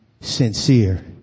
sincere